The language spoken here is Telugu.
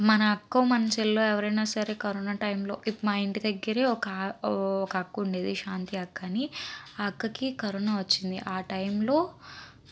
మన అక్కో మన చెల్లో ఎవరన్నా సరే కరోనా టైంలో ఇప్ మా ఇంటి దగ్గరే ఒక ఒక అక్క ఉండేది శాంతి అక్క అని ఆ అక్కకి కరోనా వచ్చింది ఆ టైంలో